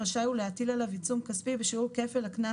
רשאי הוא להטיל עליו עיצום כספי בשיעור כפל הקנס